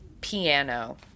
piano